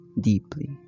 deeply